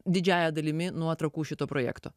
didžiąja dalimi nuo trakų šito projekto